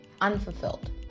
unfulfilled